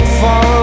far